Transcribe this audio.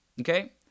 Okay